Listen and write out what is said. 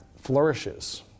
flourishes